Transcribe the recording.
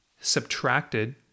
subtracted